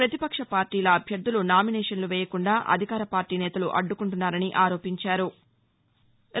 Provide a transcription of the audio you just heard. ప్రతిపక్ష పార్లీల అభ్యర్థులు నామినేషన్లు వేయకుండా అధికార పార్టీ నేతలు అడ్డుకుంటున్నారని ఆరోపించారు